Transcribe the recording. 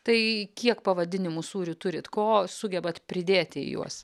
tai kiek pavadinimų sūrių turit ko sugebat pridėti į juos